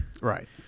right